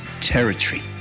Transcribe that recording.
territory